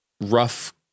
rough